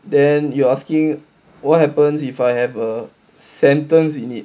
then you are asking what happens if I have a sentence you need